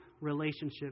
relationship